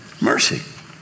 mercy